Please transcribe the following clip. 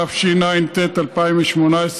התשע"ט 2018,